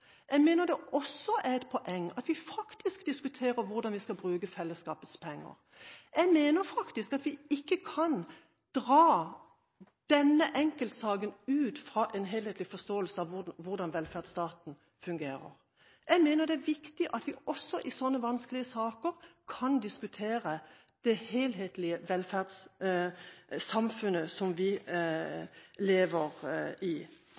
jeg det også er et poeng hvordan vi utformer velferdsstaten vår, og at vi diskuterer hvordan vi skal bruke fellesskapets penger. Jeg mener vi ikke kan dra denne enkeltsaken ut av en helhetlig forståelse av hvordan velferdsstaten fungerer. Jeg mener det er viktig at vi også i sånne vanskelige saker kan diskutere det helhetlige velferdssamfunnet vi lever i.